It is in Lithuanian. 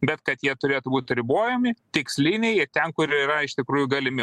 bet kad jie turėtų būt ribojami tiksliniai ir ten kur yra iš tikrųjų galimi